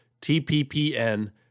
TPPN